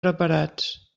preparats